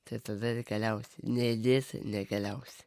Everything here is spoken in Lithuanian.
tai tada ir keliausi neįdėsi nekeliausi